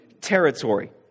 territory